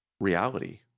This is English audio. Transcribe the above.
reality